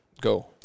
Go